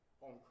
on